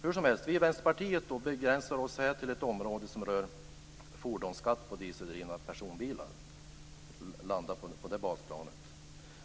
Hur som helst, vi i Vänsterpartiet begränsar oss här till ett område som rör fordonsskatt på dieseldrivna personbilar och landar på det basplanet.